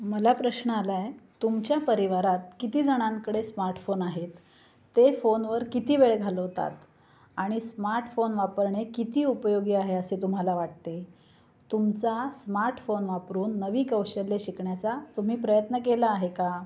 मला प्रश्ना आला आहे तुमच्या परिवारात किती जणांकडे स्मार्टफोन आहेत ते फोनवर किती वेळ घालवतात आणि स्मार्टफोन वापरणे किती उपयोगी आहे असे तुम्हाला वाटते तुमचा स्मार्टफोन वापरून नवी कौशल्य शिकण्याचा तुम्ही प्रयत्न केला आहे का